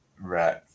Right